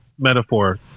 metaphor